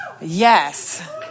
Yes